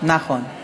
נצביע על כך.